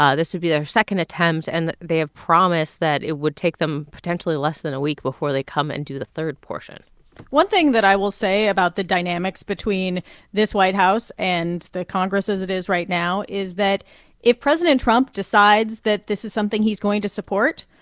ah this would be their second attempt, and they have promised that it would take them potentially less than a week before they come and do the third portion one thing that i will say about the dynamics between this white house and the congress as it is right now is that if president trump decides that this is something he's going to support,